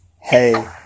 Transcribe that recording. Hey